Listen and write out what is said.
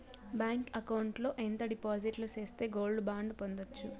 Bank account లో ఎంత డిపాజిట్లు సేస్తే గోల్డ్ బాండు పొందొచ్చు?